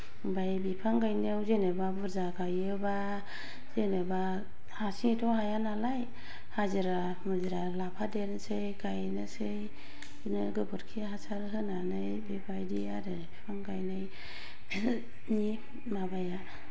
ओमफाय बिफां गायनायाव जेनेबा बुरजा गायोबा जेनेबा हारसिंयैथ' हाया नालाय हाजिरा मुजिरा लाफादेरनोसै गायनोसै बिदिनो गोबोरखि हासार होनानै बेबायदि आरो बिफां गायनाय नि माबाया